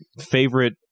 favorite